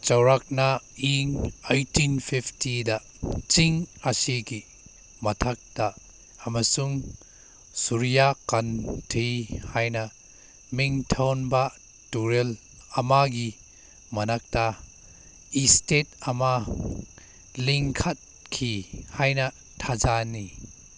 ꯆꯧꯔꯥꯛꯅ ꯏꯪ ꯑꯩꯠꯇꯤꯟ ꯐꯤꯞꯇꯤꯗ ꯆꯤꯡ ꯑꯁꯤꯒꯤ ꯃꯊꯛꯇ ꯑꯃꯁꯨꯡ ꯁꯨꯔꯤꯌꯥ ꯀꯟꯇꯤ ꯍꯥꯏꯅ ꯃꯤꯡꯊꯣꯟꯕ ꯇꯨꯔꯦꯜ ꯑꯃꯒꯤ ꯃꯅꯥꯛꯇ ꯏꯁꯇꯦꯠ ꯑꯃ ꯂꯤꯡꯈꯠꯈꯤ ꯍꯥꯏꯅ ꯊꯥꯖꯅꯩ